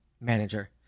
manager